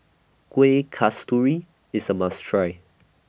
Kueh Kasturi IS A must Try